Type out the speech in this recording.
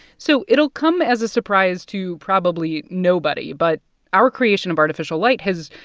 so it'll come as a surprise to probably nobody, but our creation of artificial light has,